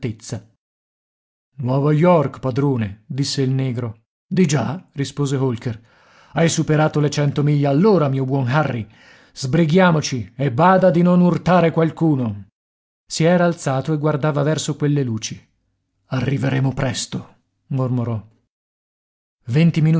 nuova york padrone disse il negro di già rispose holker hai superato le cento miglia all'ora mio buon harry sbrighiamoci e bada di non urtare qualcuno si era alzato e guardava verso quelle luci arriveremo presto mormorò